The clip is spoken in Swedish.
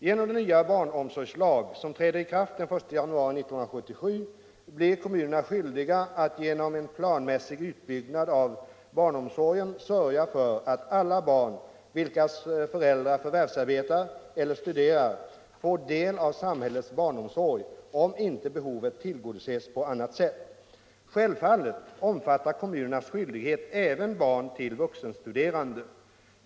Genom den nya barnomsorgslag som träder i kraft den 1 januari 1977 blir kommunerna skyldiga att genom en planmässig utbyggnad av barnomsorgen sörja för att alla barn, vilkas föräldrar förvärvsarbetar cller studerar, får del av samhällets barnomsorg, om inte behovet tillgodoses på annat sätt. Självfallet omfattar kommunernas skyldighet även barn till vuxenstuderande.